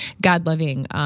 God-loving